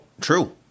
True